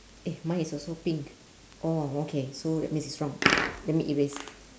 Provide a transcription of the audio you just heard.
eh mine is also pink orh okay so that means it's wrong let me erase